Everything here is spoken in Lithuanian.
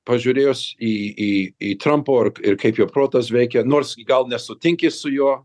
pažiūrėjus į į trampo ir kaip jo protas veikia nors gal nesutinki su juo